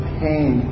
pain